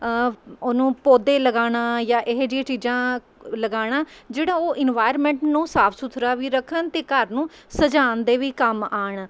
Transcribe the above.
ਉਹਨੂੰ ਪੌਦੇ ਲਗਾਉਣਾ ਯਾ ਇਹੋ ਜਿਹੀਆਂ ਚੀਜ਼ਾਂ ਲਗਾਉਣਾ ਜਿਹੜਾ ਉਹ ਇਨਵਾਇਰਮੈਂਟ ਨੂੰ ਸਾਫ਼ ਸੁਥਰਾ ਵੀ ਰੱਖਣ ਅਤੇ ਘਰ ਨੂੰ ਸਜਾਉਣ ਦੇ ਵੀ ਕੰਮ ਆਉਣ